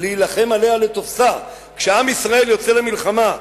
להלחם עליה לתפשה" כשעם ישראל יוצא למלחמה,